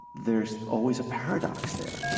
there's always a paradox there.